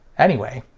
anyway,